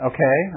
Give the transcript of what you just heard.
Okay